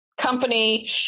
Company